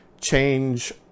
change